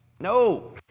No